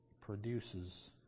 produces